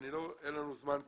אין לנו זמן כרגע,